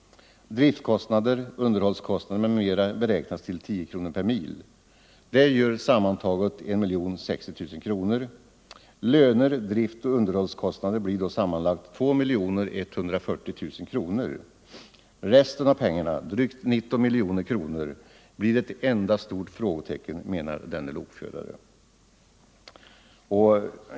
Driftkostnader, underhållskostnader m.m. beräknas till 10 kronor per mil. Det gör sammantaget 1 060 000 kronor. Löner, driftoch underhållskostnader blir då sammanlagt 2 140 000 kronor. Resten av pengarna — drygt 19 miljoner kronor — blir ett enda stort frågetecken, menar denne lokförare.